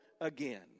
Again